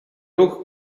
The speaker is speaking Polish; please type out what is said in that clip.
ruch